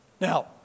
Now